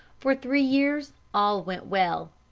for three years all went well,